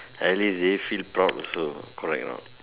I will do you feel proud also correct or not